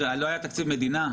לא היה תקציב מדינה,